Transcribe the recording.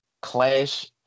Clash